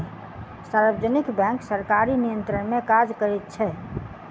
सार्वजनिक बैंक सरकारी नियंत्रण मे काज करैत छै